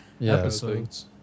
episodes